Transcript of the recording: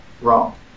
Wrong